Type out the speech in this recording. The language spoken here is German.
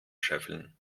scheffeln